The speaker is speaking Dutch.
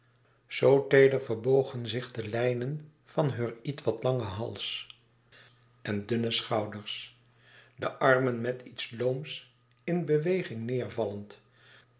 zo teeder verbogen zich de lijnen van heur ietwat louis couperus extaze een boek van geluk langen hals en dunne schouders de armen met iets looms in beweging neêrvallend